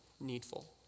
needful